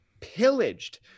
pillaged